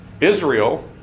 Israel